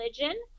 religion